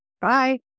Bye